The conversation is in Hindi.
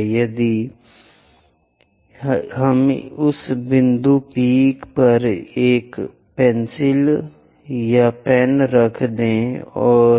इसलिए यदि हम उस बिंदु P पर एक पेंसिल या पेन रख रहे हैं या